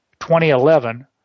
2011